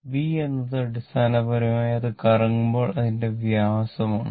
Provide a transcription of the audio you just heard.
B എന്നത് അടിസ്ഥാനപരമായി അത് കറങ്ങുമ്പോൾ അതിന്റെ വ്യാസം ആണ്